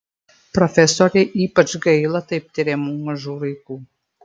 profesorei ypač gaila taip tiriamų mažų vaikų